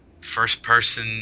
first-person